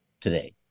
today